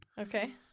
Okay